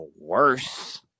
worse